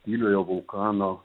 tyliojo vulkano